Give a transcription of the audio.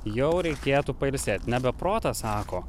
jau reikėtų pailsėt nebe protas sako